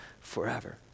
forever